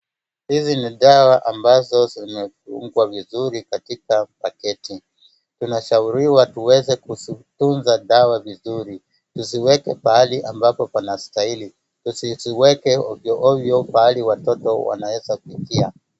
Hizi ni dawa ambazo zimefungwa vizuri katika pakiti. Tunashauriwa tuweze kuzitunza dawa vizuri, tuziweke pahali ambapo panastahili, tusiziweke ovyo ovyo pahali ambapo watoto wanaweza kufikia.